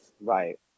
Right